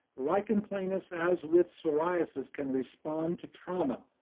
lichen planus as with psoriasis can respond to trauma